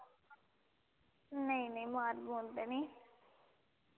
नेईं नेईं मार मूर ते नेईं